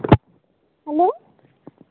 hello